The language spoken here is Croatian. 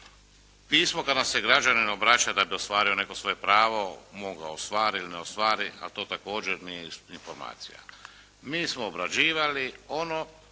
Pismo kad nam se građanin obraća da bi ostvario neko svoje pravo, mogao ostvariti ili ne ostvariti, ali to također nije informacija. Mi smo obrađivali ono